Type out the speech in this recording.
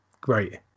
great